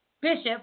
Bishop